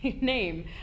name